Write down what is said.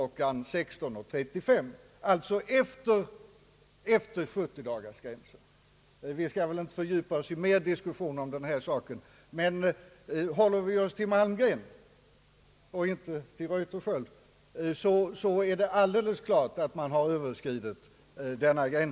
16.35 — alltså efter 70-dagarsgränsen. Vi skall väl inte fördjupa oss i ytterligare diskussion om denna sak, men håller vi oss till Malmgren är det alldeles klart att denna gräns har överskridits.